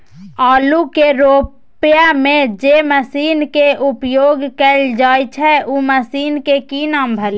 आलू के रोपय में जे मसीन के उपयोग कैल जाय छै उ मसीन के की नाम भेल?